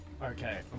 Okay